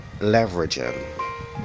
leveraging